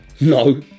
No